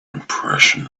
impression